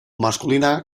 masculina